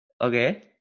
Okay